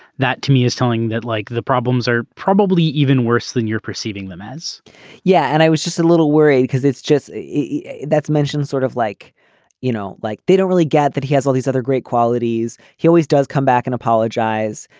that to me is telling that like the problems are probably even worse than your preceding the meds yeah and i was just a little worried because it's just that's mentioned sort of like you know like they don't really get that he has all these other great qualities. he always does come back and apologize.